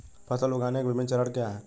फसल उगाने के विभिन्न चरण क्या हैं?